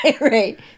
right